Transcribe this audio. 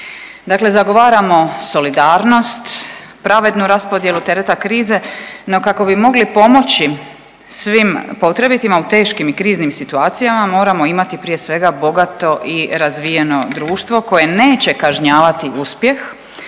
Dakle, zagovaramo solidarnost, pravednu raspodjelu tereta krize. No, kako bi mogli pomoći svim potrebitima u teškim i kriznim situacijama moramo imati prije svega bogato i razvijeno društvo koje neće kažnjavati uspjeh,